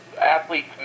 athletes